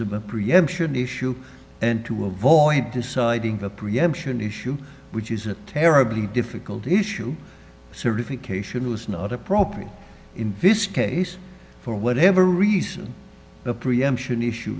of the preemption issue and to avoid deciding the preemption issue which is it terribly difficult issue certification was not appropriate in this case for whatever reason the preemption issue